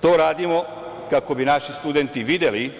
To radimo kako bi naši studenti videli